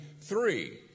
three